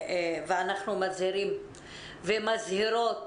אנחנו מזהירים ומזהירות